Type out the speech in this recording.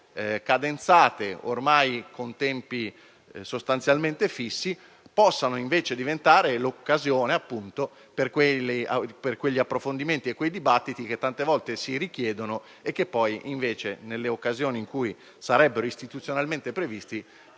cadenzate con tempi sostanzialmente fissi, possano invece diventare l'occasione, appunto, per svolgere quegli approfondimenti e quei dibattiti che tante volte si richiedono e che poi, nelle occasioni in cui sarebbero istituzionalmente previsti,